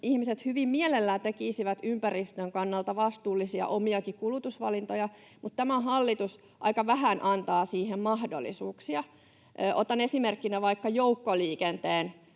ihmiset hyvin mielellään tekisivät ympäristön kannalta omiakin vastuullisia kulutusvalintoja, mutta tämä hallitus aika vähän antaa siihen mahdollisuuksia. Otan esimerkkinä vaikka joukkoliikenteen